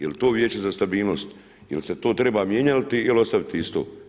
Jel' to Vijeće za stabilnost, jel' se to treba mijenjati ili ostaviti isto?